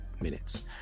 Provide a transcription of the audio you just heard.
minutes